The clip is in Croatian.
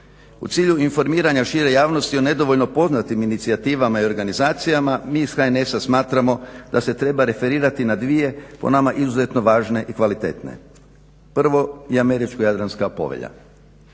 U cilju informiranja šire javnosti o nedovoljno poznatim inicijativama i organizacijama, mi iz HNS-a smatramo da se treba referirati na dvije po nama izuzetno važne i kvalitetne. Prvo je Američko-jadranska povelja.